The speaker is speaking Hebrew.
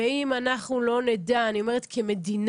אם אנחנו לא נדע, אני אומרת כמדינה,